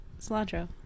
cilantro